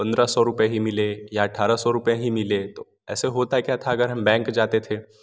पन्द्रह सौ रूपए ही मिले या अठारह सौ रूपए ही मिले तो ऐसे होता क्या था अगर हम बैंक जाते थे